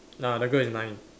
ah the girl is nine